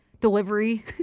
Delivery